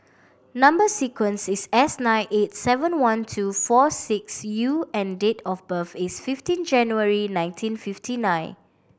number sequence is S nine eight seven one two four six U and date of birth is fifiteen January nineteen fifty nine